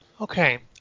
Okay